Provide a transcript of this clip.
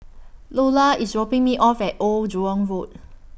Lulla IS dropping Me off At Old Jurong Road